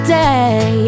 day